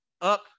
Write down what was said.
up